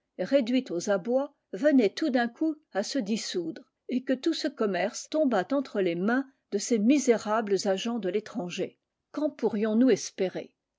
réduite aux abois venait tout d'un coup à se dissoudre et que tout ce commerce tombât entre les mains de ces misérables agents de l'étranger qu'en pourrions-nous espérer